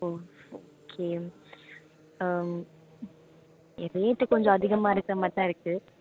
ஓ okay rate கொஞ்சம் அதிகமாக இருக்க மாதிரி தான் இருக்குது